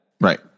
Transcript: Right